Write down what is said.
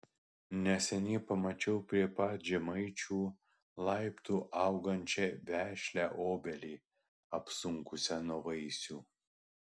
neseniai pamačiau prie pat žemaičių laiptų augančią vešlią obelį apsunkusią nuo vaisių